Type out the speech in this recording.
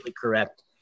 correct